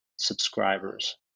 subscribers